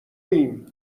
ایم